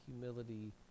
humility